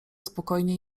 spokojnie